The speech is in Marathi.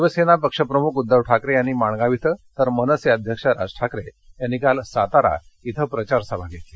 शिवसेना प्रमुख उद्दव ठाकरे यांनी माणगाव इथं तर मनसे अध्यक्ष राज ठाकरे यांनी काल सातारा इथं प्रचार सभा घेतली